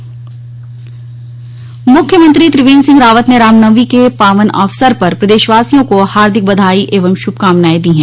शुभकामना मुख्यमंत्री त्रिवेन्द्र सिंह रावत ने रामनवमी के पावन अवसर पर प्रदेशवासियों को हार्दिक बधाई एवं शुभकामनाएं दी है